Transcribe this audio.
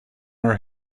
her